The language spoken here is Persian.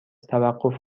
توقف